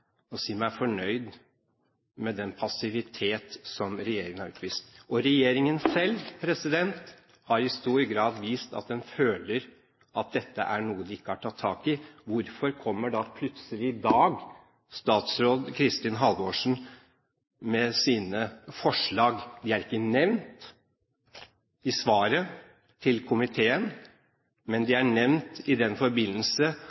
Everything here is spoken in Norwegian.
og si meg fornøyd med den passivitet som regjeringen har utvist. Og regjeringen selv har i stor grad vist at den føler at dette er noe den ikke har tatt tak i. Hvorfor kommer plutselig i dag statsråd Kristin Halvorsen med sine forslag? De er ikke nevnt i svaret til komiteen, men